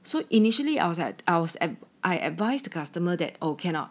so initially outside I was I advised the customer that oh cannot